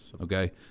Okay